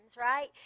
right